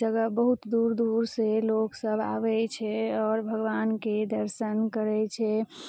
जगह बहुत दूर दूर से लोकसब आबै छै आओर भगवानके दर्शन करै छै